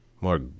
more